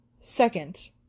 second